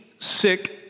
sick